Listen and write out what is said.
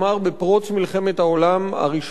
בפרוץ מלחמת העולם הראשונה,